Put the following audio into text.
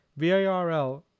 VIRL